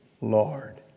Lord